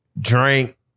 Drink